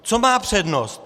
Co má přednost?